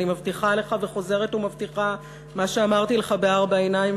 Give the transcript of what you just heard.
ואני מבטיחה לך וחוזרת ומבטיחה מה שאמרתי לך בארבע עיניים,